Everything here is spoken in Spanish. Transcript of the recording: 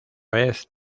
vez